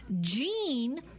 Gene